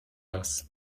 das